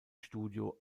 studio